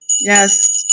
Yes